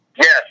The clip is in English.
Yes